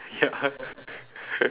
ya